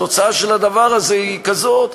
התוצאה של הדבר הזה היא כזאת,